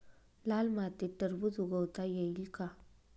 लाल मातीत टरबूज उगवता येईल का?